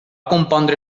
compondre